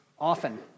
often